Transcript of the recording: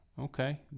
Okay